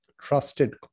trusted